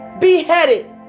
beheaded